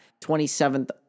27th